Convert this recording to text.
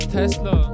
Tesla